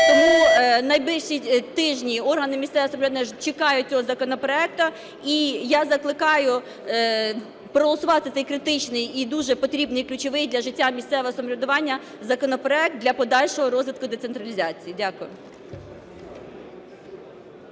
Тому в найближчі тижні органи місцевого самоврядування чекають цього законопроекту. І я закликаю проголосувати цей критичний і дуже потрібний, і ключовий для життя місцевого самоврядування законопроект для подальшого розвитку децентралізації. Дякую.